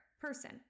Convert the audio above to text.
person